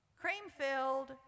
cream-filled